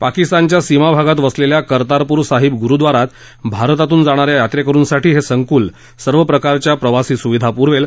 पाकिस्तानच्या सीमा भागात वसलेल्या कर्तारपुर साहिब गुरुद्वारात भारतातून जाणाऱ्या यात्रेकरूंसाठी हे संकुल सर्व प्रकारच्या प्रवासी सुविधा पुरवेल